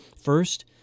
First